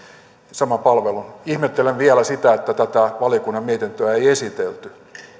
saman palvelun ihmettelen vielä sitä että tätä valiokunnan mietintöä ei esitelty